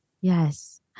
Yes